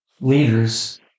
leaders